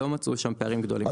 לא מצאו שם פערים גדולים.